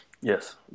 Yes